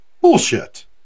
Bullshit